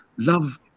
love